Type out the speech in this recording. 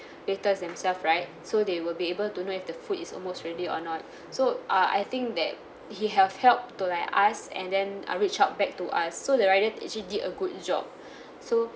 status themselves right so they will be able to know if the food is almost ready or not so uh I think that he have helped to like ask and then uh reach out back to us so the rider actually did a good job so